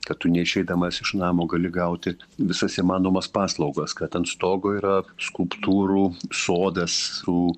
kad tu neišeidamas iš namo gali gauti visas įmanomas paslaugas kad ant stogo yra skulptūrų sodas su